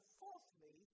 fourthly